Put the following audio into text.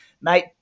Mate